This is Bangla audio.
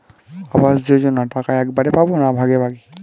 আবাস যোজনা টাকা একবারে পাব না ভাগে ভাগে?